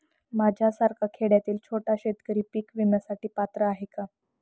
माझ्यासारखा खेड्यातील छोटा शेतकरी पीक विम्यासाठी पात्र आहे का?